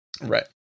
Right